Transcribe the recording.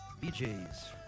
BJ's